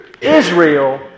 Israel